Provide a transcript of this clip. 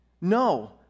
No